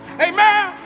amen